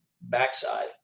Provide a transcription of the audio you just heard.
backside